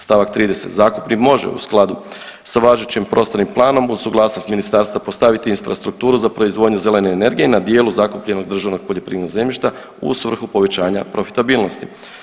Stavak 30. zakupnik može u skladu sa važećim prostornim planom uz suglasnost ministarstva postavit infrastrukturu za proizvodnju zelene energije na dijelu zakupljenog državnog poljoprivrednog zemljišta u svrhu povećanja profitabilnosti.